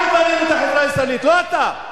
אנחנו בנינו את החברה הישראלית ולא אתה,